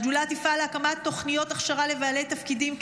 השדולה תפעל להקמת תוכניות הכשרה לבעלי תפקידים,